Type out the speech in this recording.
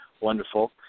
wonderful